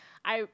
I